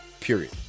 period